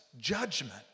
judgment